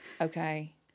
Okay